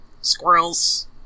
squirrels